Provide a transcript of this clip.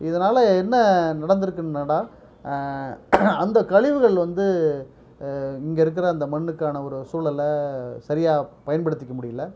இதுனால என்ன நடந்துருக்கு நடா அந்த கழிவுகள் வந்து இங்கே இருக்கிற அந்த மண்ணுக்கான ஒரு சூழலல சரியாக பயன்படுத்திக்க முடியல